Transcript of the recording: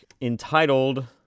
entitled